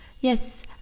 yes